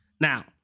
Now